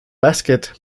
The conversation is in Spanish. básquet